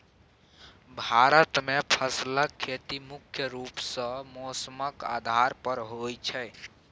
भारत मे फसलक खेती मुख्य रूप सँ मौसमक आधार पर होइ छै